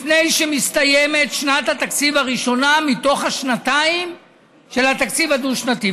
לפני שמסתיימת שנת התקציב הראשונה מתוך השנתיים של התקציב הדו-שנתי,